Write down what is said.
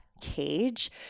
cage